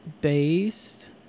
based